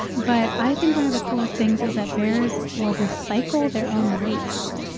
but i think one of the coolest things is that bears will recycle their own waste.